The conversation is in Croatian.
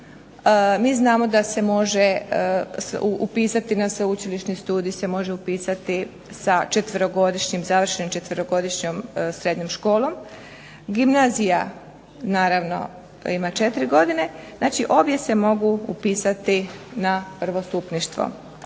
Mi znamo da se može upisati na sveučilišni studij se može upisati sa 4-godišnjim, završenom 4-godišnjom srednjom školom. Gimnazija naravno ima 4 godine. Znači, obje se mogu upisati na prvostupništvo.